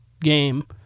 game